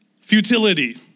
futility